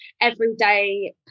everyday